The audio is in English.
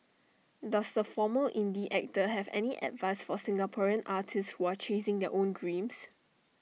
does the former indie actor have any advice for Singaporean artists were chasing their own dreams